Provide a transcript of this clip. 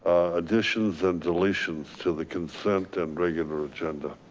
additions and deletions to the consent and regular agenda.